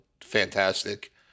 fantastic